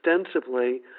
extensively